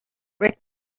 break